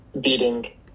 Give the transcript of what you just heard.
beating